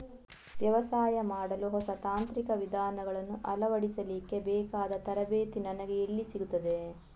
ವ್ಯವಸಾಯ ಮಾಡಲು ಹೊಸ ತಾಂತ್ರಿಕ ವಿಧಾನಗಳನ್ನು ಅಳವಡಿಸಲಿಕ್ಕೆ ಬೇಕಾದ ತರಬೇತಿ ನನಗೆ ಎಲ್ಲಿ ಸಿಗುತ್ತದೆ?